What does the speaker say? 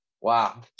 Wow